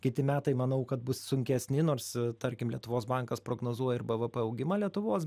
kiti metai manau kad bus sunkesni nors tarkim lietuvos bankas prognozuoja ir bvp augimą lietuvos